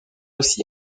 aussi